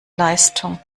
leistung